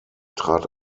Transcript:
trat